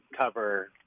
cover